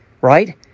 right